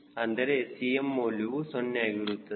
ಅಂದರೆ Cm ಮೌಲ್ಯವು 0 ಆಗಿರುತ್ತದೆ